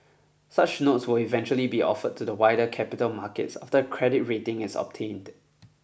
such notes will eventually be offered to the wider capital markets after a credit rating is obtained